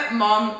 mom